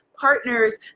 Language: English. partners